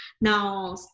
Now